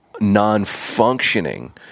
non-functioning